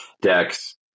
DEX